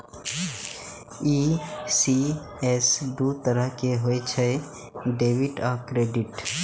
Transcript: ECS दू तरहक होइ छै, डेबिट आ क्रेडिट